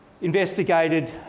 investigated